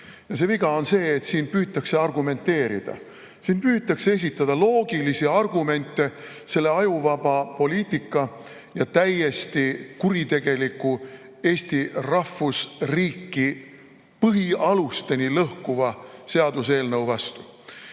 See viga on see, et siin püütakse argumenteerida. Siin püütakse esitada loogilisi argumente selle ajuvaba poliitika ja täiesti kuritegeliku, Eesti rahvusriiki põhialusteni lõhkuva seaduseelnõu vastu.